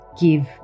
give